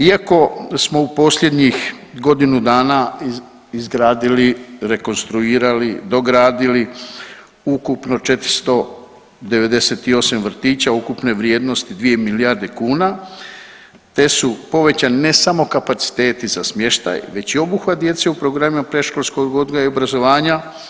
Iako smo u posljednjih godinu dana izgradili, rekonstruirali, dogradili ukupno 498 vrtića ukupne vrijednosti 2 milijarde kuna, te su povećani ne samo kapaciteti za smještaj već i obuhvat djece u programima predškolskog odgoja i obrazovanja.